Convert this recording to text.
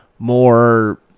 more